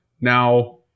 now